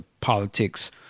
politics